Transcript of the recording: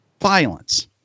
violence